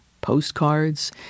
postcards